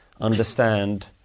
understand